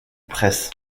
press